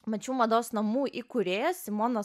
mat šių mados namų įkūrėja simona